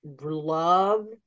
love